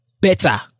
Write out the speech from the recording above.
better